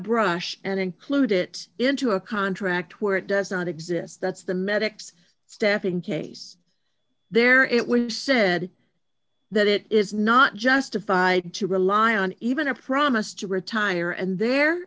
brush and include it into a contract where it does not exist that's the medics step in case there it was said that it is not justified to rely on even a promise to retire and there